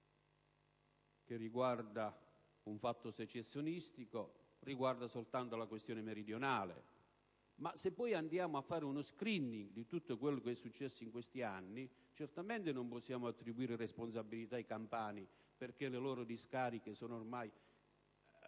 che riguarda un fatto secessionistico, interessano soltanto la questione meridionale. Se però andiamo a fare uno *screening* di quanto successo in questi anni, certamente non possiamo attribuire responsabilità ai campani perché le loro discariche sono ormai